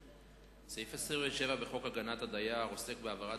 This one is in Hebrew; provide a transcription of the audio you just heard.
סעיף 27 בחוק הגנת הדייר עוסק בהעברת